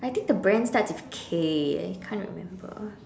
I think the brand starts with K eh I can't remember